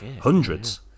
hundreds